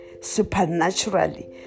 supernaturally